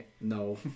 no